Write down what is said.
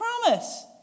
promise